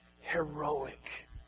heroic